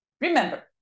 Remember